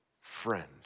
friend